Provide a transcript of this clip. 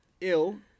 ill